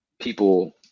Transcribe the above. people